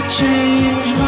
change